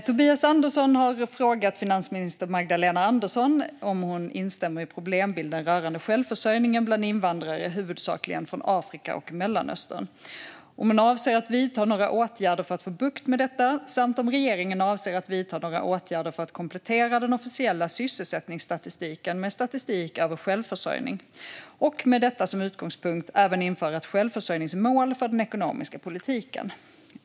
Tobias Andersson har frågat finansminister Magdalena Andersson om hon instämmer i problembilden rörande självförsörjningen bland invandrare, huvudsakligen från Afrika och Mellanöstern, om hon avser att vidta några åtgärder för att få bukt med detta samt om regeringen avser att vidta några åtgärder för att komplettera den officiella sysselsättningsstatistiken med statistik över självförsörjning och, med detta som utgångspunkt, även införa ett självförsörjningsmål för den ekonomiska politiken.